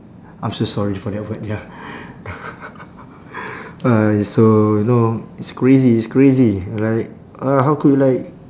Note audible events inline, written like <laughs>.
I'm so sorry for that word ya <laughs> uh so you know it's crazy it's crazy like uh how could like